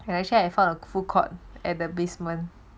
and actually I found a food court at the basement